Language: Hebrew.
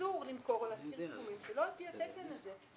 אסור למכור או להשכיר פיגומים שלא על פי התקן הזה.